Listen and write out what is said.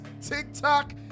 TikTok